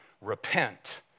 Repent